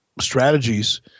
strategies